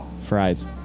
Fries